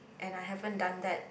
and I haven't done that